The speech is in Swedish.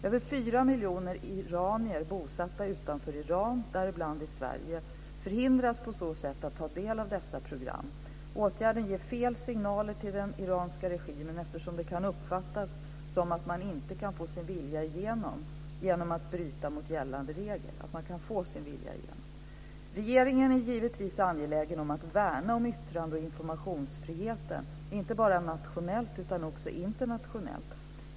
Över fyra miljoner iranier bosatta utanför Iran, däribland i Sverige, förhindras på så sätt att ta del av dessa program. Åtgärden ger fel signaler till den iranska regimen eftersom det kan uppfattas som att man kan få sin vilja igenom genom att bryta mot gällande regler. Regeringen är givetvis angelägen om att värna yttrande och informationsfriheten, inte bara nationellt utan även internationellt.